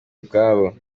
ubwabo